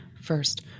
first